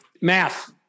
Math